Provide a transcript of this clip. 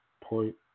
point